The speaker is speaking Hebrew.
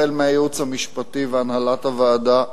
החל מהייעוץ המשפטי והנהלת הוועדה.